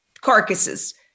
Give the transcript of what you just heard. carcasses